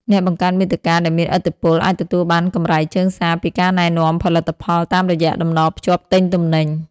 អ្នកបង្កើតមាតិកាដែលមានឥទ្ធិពល អាចទទួលបានកម្រៃជើងសារពីការណែនាំផលិតផល តាមរយៈតំណភ្ជាប់ទិញទំនិញ។